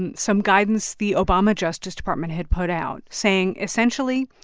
and some guidance the obama justice department had put out, saying essentially,